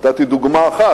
נתתי דוגמה אחת,